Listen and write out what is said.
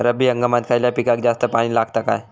रब्बी हंगामात खयल्या पिकाक जास्त पाणी लागता काय?